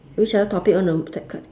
which other topic want to